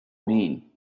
mean